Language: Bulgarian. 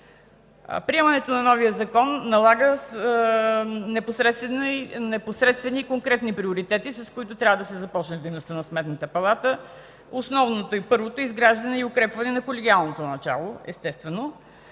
Приемането на новия закон налага непосредствени и конкретни приоритети, с които трябва да започне дейността на Сметната палата. Основното и първото е изграждане и укрепване на колегиалното начало, естествено,